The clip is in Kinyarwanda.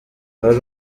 hari